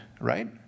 right